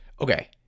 Okay